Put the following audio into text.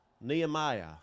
Nehemiah